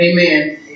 amen